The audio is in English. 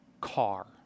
car